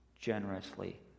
generously